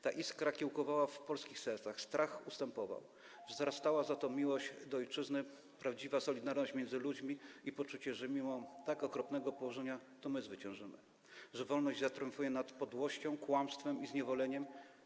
Ta iskra kiełkowała w polskich sercach, strach ustępował, wzrastała za to miłość do ojczyzny, prawdziwa solidarność między ludźmi i poczucie, że mimo tak okropnego położenia to my zwyciężymy, że wolność zatriumfuje nad podłością, kłamstwem i zniewoleniem.